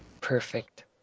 Perfect